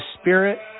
spirit